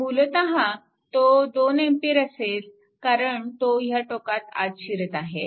तर मूलतः तो 2A असेल कारण तो या टोकात आत शिरत आहे